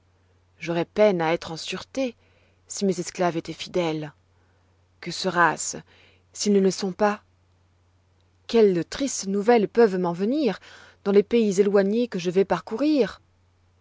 j'aurois peine à être en sûreté si mes esclaves étoient fidèles que sera-ce s'ils ne le sont pas quelles tristes nouvelles peuvent m'en venir dans les pays éloignés que je vais parcourir